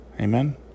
Amen